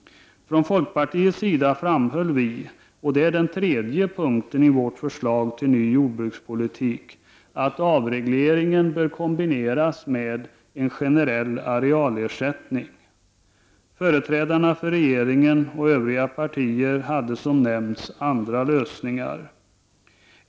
Från folkpartiets sida framhöll vi — det är den tredje punkten i vårt förslag till ny jordbrukspolitik — att avregleringen bör kombineras med en generell arealersättning. Företrädarna för regeringen och övriga partier hade som nämnts andra lösningar.